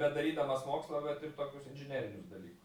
bedarydamas mokslą vet ir tokius inžinerinių dalykus